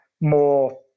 More